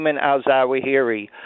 al-Zawahiri